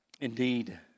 indeed